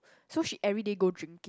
so she everyday go drinking